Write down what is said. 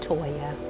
Toya